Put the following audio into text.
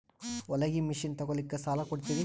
ಹೊಲಗಿ ಮಷಿನ್ ತೊಗೊಲಿಕ್ಕ ಸಾಲಾ ಕೊಡ್ತಿರಿ?